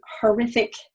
horrific